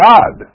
God